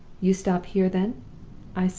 you stop here, then i said.